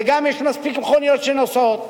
וגם יש מספיק מכוניות שנוסעות,